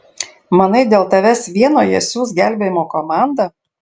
manai dėl tavęs vieno jie siųs gelbėjimo komandą